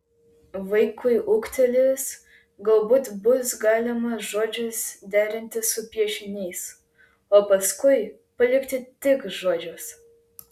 vaikui ūgtelėjus galbūt bus galima žodžius derinti su piešiniais o paskui palikti tik žodžius